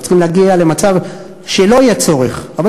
אנחנו צריכים להגיע למצב שלא יהיה צורך בזה.